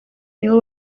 nibo